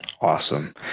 Awesome